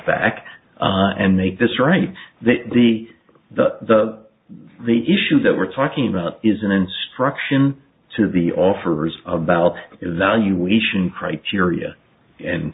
back and make this right that the the the the issue that we're talking about is an instruction to the offers about evaluation criteria and